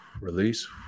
release